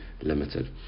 limited